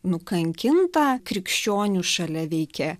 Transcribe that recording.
nukankinta krikščionių šalia veikė